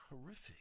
horrific